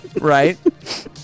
right